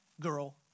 girl